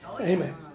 Amen